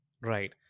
Right